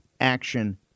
action